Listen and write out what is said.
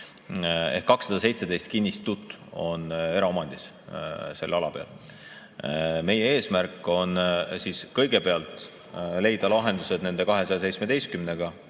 Ehk 217 kinnistut on eraomandis selle ala peal. Meie eesmärk on kõigepealt leida lahendused nende 217‑ga,